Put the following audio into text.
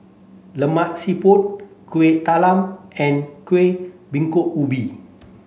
Lemak Siput Kueh Talam and Kuih Bingka Ubi